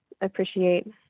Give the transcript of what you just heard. appreciate